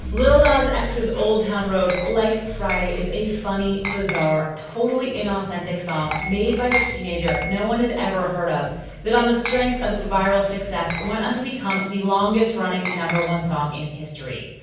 wilmore's x's old town road, like friday is a funny bazaar, totally inauthentic song made by a teenager. no one had ever heard of that on the strength of its viral success. went on to become the longest running number one song in history.